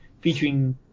featuring